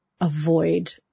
avoid